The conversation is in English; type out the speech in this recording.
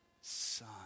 son